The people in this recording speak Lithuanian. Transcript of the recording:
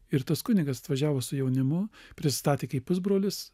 ir tas kunigas atvažiavo su jaunimu prisistatė kaip pusbrolis